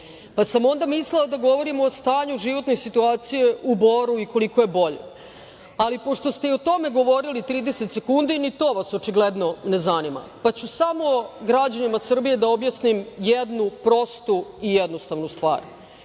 Pa sam onda mislila da govorim o stanju životne situacije u Boru i koliko je bolje, ali pošto ste i o tome govorili 30 sekundi, ni to vas očigledno ne zanima. Pa ću samo građanima Srbije da objasnim jednu prostu i jednostavnu stvar.